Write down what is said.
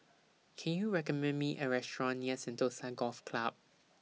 Can YOU recommend Me A Restaurant near Sentosa Golf Club